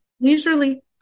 leisurely